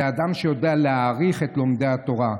זה אדם שיודע להעריך את לומדי התורה.